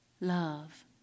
love